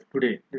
today